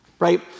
right